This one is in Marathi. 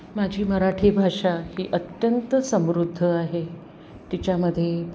माझी मराठी भाषा ही अत्यंत समृद्ध आहे तिच्यामध्ये